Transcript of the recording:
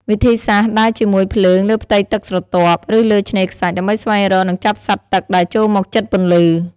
វិធីសាស្រ្ត ដើរជាមួយភ្លើងលើផ្ទៃទឹកស្រទាប់ ឬលើឆ្នេរខ្សាច់ ដើម្បីស្វែងរក និងចាប់សត្វទឹកដែលចូលមកជិតពន្លឺ។